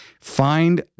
find